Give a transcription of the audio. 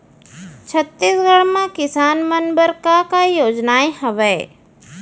छत्तीसगढ़ म किसान मन बर का का योजनाएं हवय?